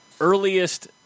earliest